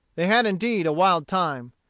they had indeed a wild time.